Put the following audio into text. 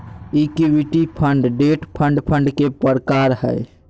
equity fund, debt fund fund के प्रकार हय